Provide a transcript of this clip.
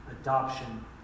adoption